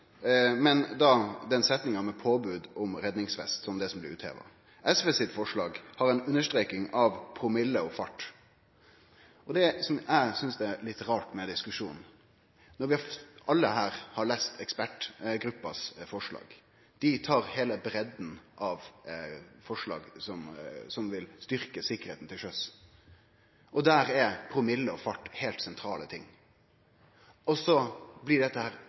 men da med den setninga om påbod av redningsvest, som det som blei utheva. SVs forslag har ei understreking av promille og fart. Det som eg synest er litt rart med diskusjonen, når alle her har lese ekspertgruppas forslag, som tar heile breidda av forslag som vil styrkje sikkerheita til sjøs, der promille og fart er heilt sentrale ting, er at dette berre blir